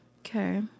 Okay